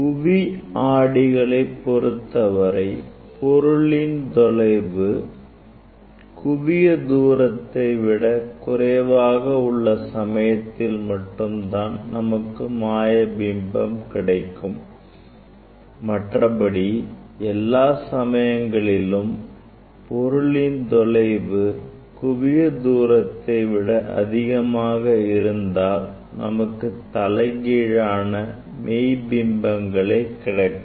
குழி ஆடிகளை பொறுத்தவரை பொருளின் தொலைவு குவியத் தூரத்தை விட குறைவாக உள்ள சமயத்தில் மட்டும்தான் நமக்கு மாயபிம்பம் கிடைக்கும் மற்றபடி எல்லா சமயங்களிலும் பொருளின் தொலைவு குவியத்தூரத்தை விட அதிகமாக இருந்தால் நமக்கு தலைகீழான மெய்ப் பிம்பமே கிடைக்கும்